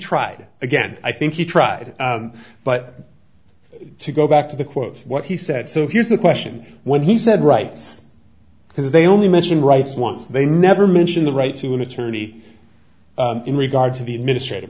tried it again i think he tried it but to go back to the quotes what he said so here's the question when he said rights because they only mention rights once they never mention the right to an attorney in regard to the administr